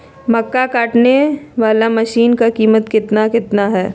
मक्का कटने बाला मसीन का कीमत कितना है?